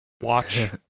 Watch